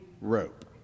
rope